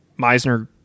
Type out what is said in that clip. Meisner